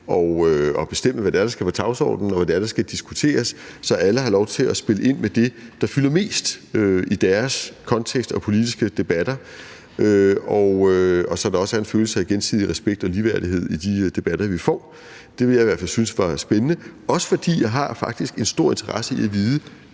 at bestemme, hvad det er, der skal på dagsordenen, og hvad det er, der skal diskuteres, så alle har lov til at spille ind med det, der fylder mest i deres kontekst og politiske debatter, og så der også er en følelse af gensidig respekt og ligeværdighed i de debatter, vi får. Det ville jeg i hvert fald synes var spændende, også fordi jeg faktisk har en stor interesse i at vide,